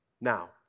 Now